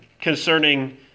concerning